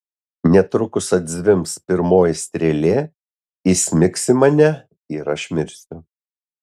netrukus atzvimbs pirmoji strėlė įsmigs į mane ir aš mirsiu